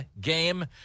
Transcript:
game